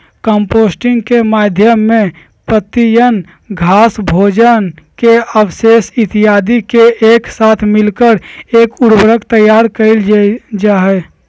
composting के माध्यम से पत्तियन, घास, भोजन के अवशेष इत्यादि के एक साथ मिलाकर एक उर्वरक तैयार कइल जाहई